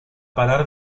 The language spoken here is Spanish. parar